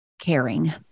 caring